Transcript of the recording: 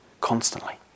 Constantly